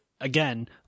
Again